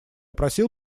просил